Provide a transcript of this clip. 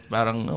Parang